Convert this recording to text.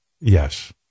Yes